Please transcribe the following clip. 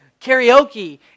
karaoke